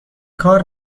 کار